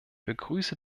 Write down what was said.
begrüße